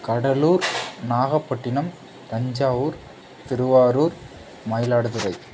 Cuddalore Nagapattinam Thanjavur Tiruvarur Mayiladuthurai